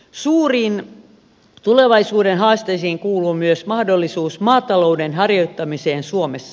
suuriin tulevaisuuden haasteisiin kuuluu myös mahdollisuus maatalouden harjoittamiseen suomessa